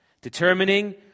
determining